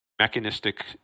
mechanistic